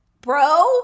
bro